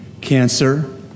Cancer